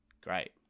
Great